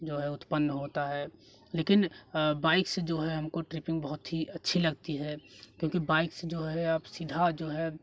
जो है उत्पन्न होता है लेकिन बाइक से जो है हमको ट्रिपिंग बहुत ही अच्छी लगती है क्योंकि बाइक से जो है आप सीधा जो है